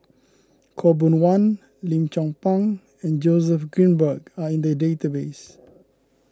Khaw Boon Wan Lim Chong Pang and Joseph Grimberg are in the database